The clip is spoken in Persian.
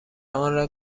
آنرا